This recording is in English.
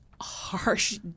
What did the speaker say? harsh